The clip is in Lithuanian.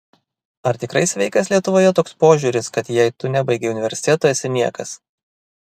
ar tikrai sveikas lietuvoje toks požiūris kad jei tu nebaigei universiteto esi niekas